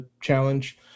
challenge